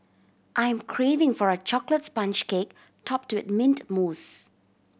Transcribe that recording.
I'm craving for a chocolate sponge cake topped with mint mousse